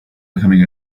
becoming